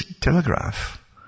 telegraph